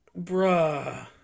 bruh